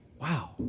Wow